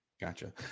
Gotcha